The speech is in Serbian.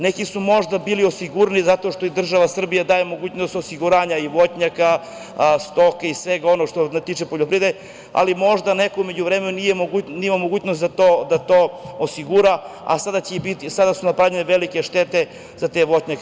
Neki su možda bili osigurani zato što im država Srbija daje mogućnost osiguranja i voćnjaka, stoke i svega onoga što se tiče poljoprivrede, ali možda neko u međuvremenu nije imao mogućnost da to osigura, a sada su napravljene velike štete za te voćnjake.